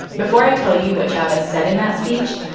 before i tell you what chavez said in that speech,